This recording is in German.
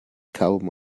kaum